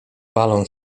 balon